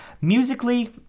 Musically